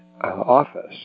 office